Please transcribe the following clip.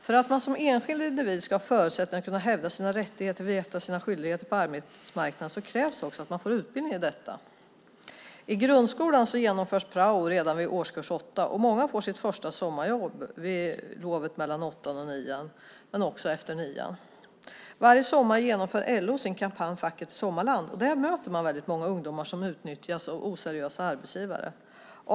För att man som enskild individ ska ha förutsättningar att kunna hävda sina rättigheter och veta sina skyldigheter på arbetsmarknaden krävs också att man får utbildning i detta. I grundskolan genomförs prao redan i årskurs 8, och många får sitt första sommarjobb på lovet mellan åttan och nian men också efter nian. Varje sommar genomför LO sin kampanj Facket i sommarland, och där möter man väldigt många ungdomar som utnyttjas av oseriösa arbetsgivare.